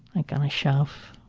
like on a shelf.